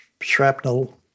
shrapnel